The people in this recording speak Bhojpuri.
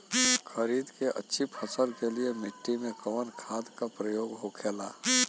खरीद के अच्छी फसल के लिए मिट्टी में कवन खाद के प्रयोग होखेला?